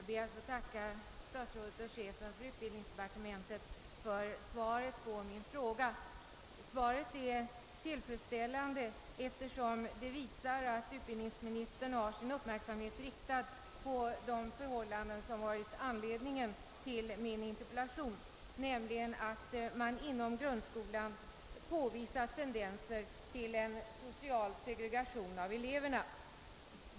Herr talman! Jag ber att få tacka statsrådet och chefen för utbildningsdepartementet för svaret på min interpellation. Svaret är tillfredsställande, eftersom det visar att utbildningsministern har sin uppmärksamhet riktad på de förhållanden som varit anledningen till min interpellation, nämligen att man inom grundskolan påvisat tendenser till en social segregation av eleverna.